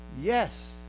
Yes